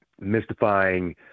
mystifying